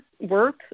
work